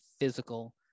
physical